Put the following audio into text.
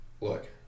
look